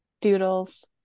doodles